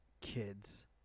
kids